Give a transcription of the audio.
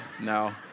No